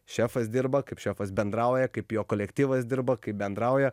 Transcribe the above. šefas dirba kaip šefas bendrauja kaip jo kolektyvas dirba kaip bendrauja